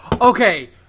Okay